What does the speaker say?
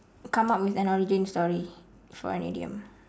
come up with an origin story for an idiom